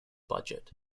budget